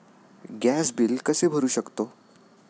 Gas bill कसे भरू शकतो?